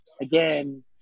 again